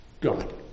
God